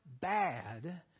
bad